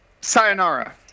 Sayonara